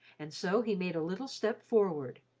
and so he made a little step forward,